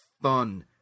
fun